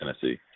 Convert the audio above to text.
Tennessee